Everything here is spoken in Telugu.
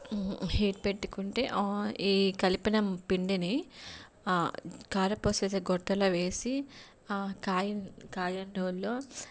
హీట్ పెట్టుకుంటే ఈ కలిపిన పిండిని కారపూస అది గొట్టలో వేసి కాగే కాగే నూనెలో